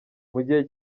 mugihe